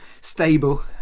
stable